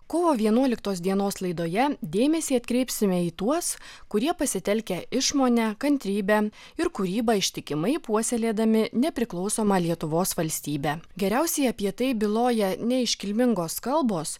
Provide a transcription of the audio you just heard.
kovo vienuoliktos dienos laidoje dėmesį atkreipsime į tuos kurie pasitelkę išmonę kantrybę ir kūrybą ištikimai puoselėdami nepriklausomą lietuvos valstybę geriausiai apie tai byloja ne iškilmingos kalbos